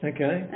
Okay